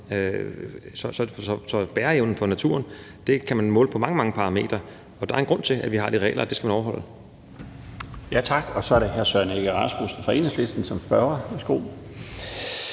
Så bæreevnen for naturen kan man måle på mange, mange parametre. Der er en grund til, at vi har de regler, og dem skal man overholde. Kl. 15:21 Den fg. formand (Bjarne Laustsen): Tak. Så er det hr. Søren Egge Rasmussen fra Enhedslisten som spørger.